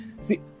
see